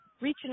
reaching